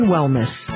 Wellness